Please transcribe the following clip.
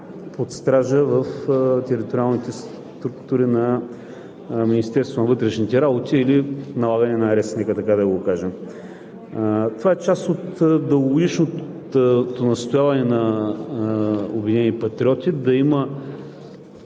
под стража в териториалните структури на Министерството на вътрешните работи или налагане на арест, така да го кажем. Това е част от дългогодишното настояване на „Обединени патриоти“ да има